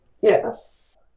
Yes